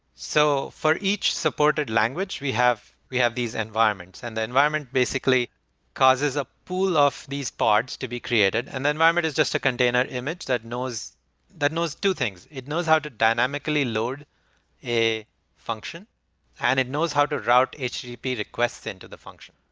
so for each supported language, we have we have these environments, and the environment basically causes a pool of these parts to be created, and the environment is just a container image that knows that knows two things. it knows how to dynamically lower a function and it knows how to route http request into the function.